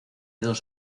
dos